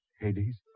Hades